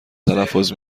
تلفظ